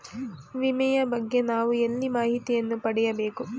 ವಿಮೆಯ ಬಗ್ಗೆ ನಾವು ಎಲ್ಲಿ ಮಾಹಿತಿಯನ್ನು ಪಡೆಯಬೇಕು?